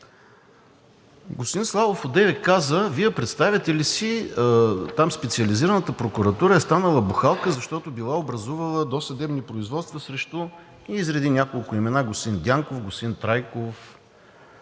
Господин Славов одеве каза: Вие представяте ли си, там Специализираната прокуратура е станала бухалка, защото била образувала досъдебни производства срещу… – и изреди няколко имена: господин Дянков, господин Трайков,